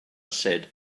said